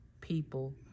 people